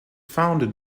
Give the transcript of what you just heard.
founded